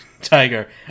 Tiger